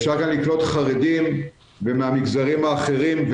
אפשר גם לקלוט חרדים והמגזרים האחרים,